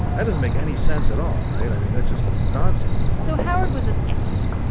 that doesn't make any sense at all, right? i mean, that's just nonsense so, howard was a skeptic.